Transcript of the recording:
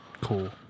Cool